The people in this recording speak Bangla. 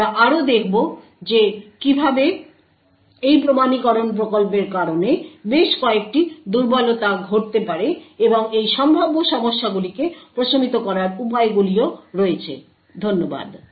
আমরা আরও দেখব যে কীভাবে এই প্রমাণীকরণ প্রকল্পের কারণে বেশ কয়েকটি দুর্বলতা ঘটতে পারে এবং এই সম্ভাব্য সমস্যাগুলিকে প্রশমিত করার উপায়গুলিও রয়েছে ধন্যবাদ